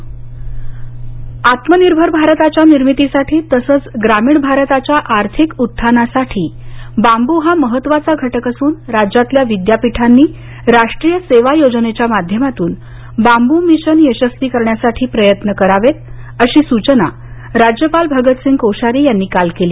राज्यपाल आत्मनिर्भर भारताच्या निर्मितीसाठी तसंच ग्रामीण भारताच्या आर्थिक उत्थानासाठी बांबू हा महत्त्वाचा घटक असून राज्यातल्या विद्यापीठांनी राष्ट्रीय सेवा योजनेच्या माध्यमातून बांबू मिशन यशस्वी करण्यासाठी प्रयत्न करावेत अशी सूचना राज्यपाल भगतसिंह कोश्यारी यांनी काल केली